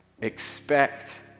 Expect